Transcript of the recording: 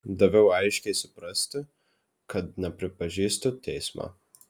daviau aiškiai suprasti kad nepripažįstu teismo